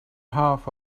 half